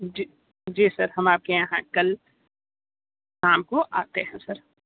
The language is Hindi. जी जी सर हम आपके यहां कल शाम को आते हैं सर